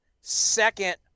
second